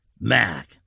Mac